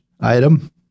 item